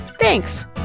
thanks